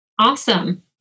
Awesome